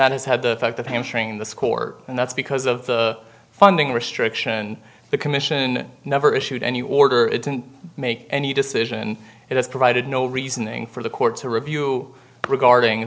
that has had the fact that hamstring the score and that's because of the funding restriction the commission never issued any order it didn't make any decision it has provided no reasoning for the court to review regarding